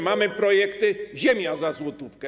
Mamy projekty: ziemia za złotówkę.